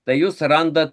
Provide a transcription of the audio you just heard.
tai jus randat